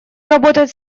работать